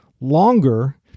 longer